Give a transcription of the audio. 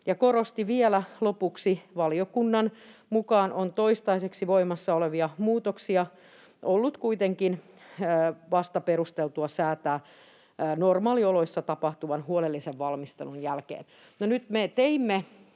korosti vielä lopuksi, että valiokunnan mukaan on toistaiseksi voimassa olevia muutoksia ollut kuitenkin perusteltua säätää vasta normaalioloissa tapahtuvan huolellisen valmistelun jälkeen.